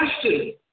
question